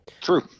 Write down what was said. true